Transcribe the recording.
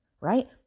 right